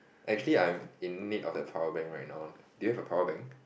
actually I'm in need of a powerbank right now do you have a powerbank